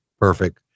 perfect